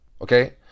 Okay